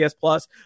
plus